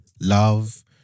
love